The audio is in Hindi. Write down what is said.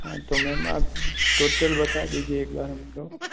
हाँ तो मैम आप टोटल बता दीजिए एक बार हम को